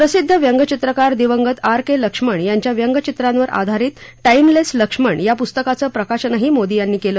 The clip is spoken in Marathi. प्रसिद्ध व्यंगचित्रकार दिवगत आर के लक्ष्मण यांच्या व्यंगचित्रांवर आधारित टाईमलेस लक्ष्मण या पुस्तकाच प्रकाशनही मोदी यांनी केलं